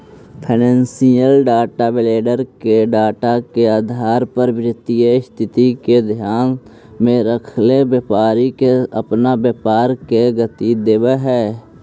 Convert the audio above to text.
financial data vendor के data के आधार पर वित्तीय स्थिति के ध्यान में रखल व्यापारी के अपना व्यापार के गति देवऽ हई